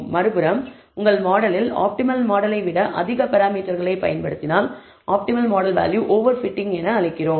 மறுபுறம் உங்களது மாடலில் ஆப்டிமல் மாடலை விட அதிக பராமீட்டர்களை பயன்படுத்தினால் optimal model value overfitting என அழைக்கப்படுகிறது